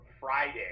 Friday